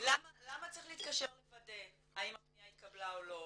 למה צריך להתקשר לוודא האם הפנייה התקבלה או לא.